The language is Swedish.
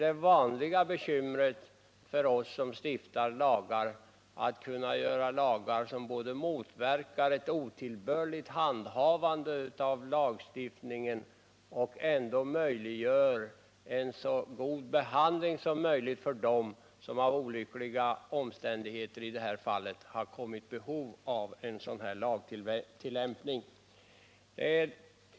Det vanliga bekymret för oss som stiftar lagar är att utforma dem så att de både motverkar ett otillbörligt utnyttjande av de möjligheter som erbjuds och skapar förutsättningar för en så god behandling som möjligt av dem som genom olyckliga omständigheter har fått behov av att använda dessa möjligheter.